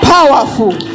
Powerful